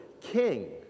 King